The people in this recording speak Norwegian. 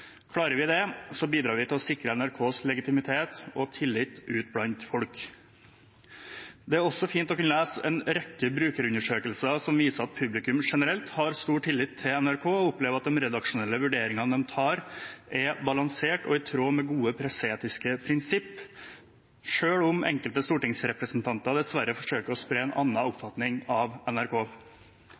Klarer vi det, bidrar vi til å sikre NRKs legitimitet og tillit ute blant folk. Det er også fint å kunne lese en rekke brukerundersøkelser som viser at publikum generelt har stor tillit til NRK og opplever at de redaksjonelle vurderingene de tar, er balanserte og i tråd med gode presseetiske prinsipper – selv om enkelte stortingsrepresentanter dessverre forsøker å spre en annen oppfatning av NRK.